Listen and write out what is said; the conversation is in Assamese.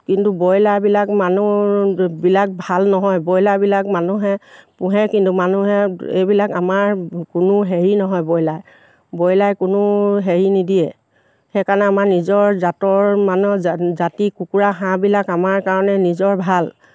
কিন্তু ব্ৰইলাৰবিলাক মানুহবিলাক ভাল নহয় ব্ৰইলাৰবিলাক মানুহে পোহে কিন্তু মানুহে এইবিলাক আমাৰ কোনো হেৰি নহয় ব্ৰইলাৰ ব্ৰইলাৰ কোনো হেৰি নিদিয়ে সেইকাৰণে আমাৰ নিজৰ জাতৰ মানৰ জাতি কুকুৰা হাঁহবিলাক আমাৰ কাৰণে নিজৰ ভাল